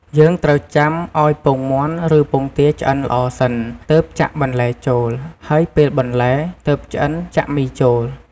យើងត្រូវចាំឱ្យពងមាន់ ឬពងទាឆ្អិនល្អសិន ទើបចាក់បន្លែចូល ហើយពេលបន្លែ ទើបឆ្អិនចាក់មីចូល។